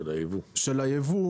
של הייבוא